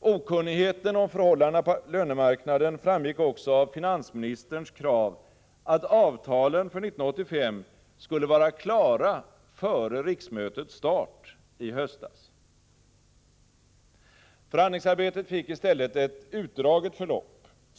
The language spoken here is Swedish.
Okunnigheten om förhållandena på lönemarknaden framgick också av finansministerns krav att avtalen för 1985 skulle vara klara före riksmötets start i höstas. Förhandlingsarbetet fick i stället ett utdraget förlopp.